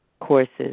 courses